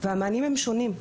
והמענים הם שונים.